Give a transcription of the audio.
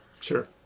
Sure